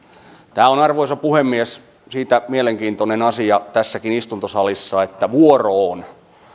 tämä on arvoisa puhemies siitä mielenkiintoinen asia tässäkin istuntosalissa että vuoroon